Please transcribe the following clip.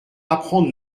apprendre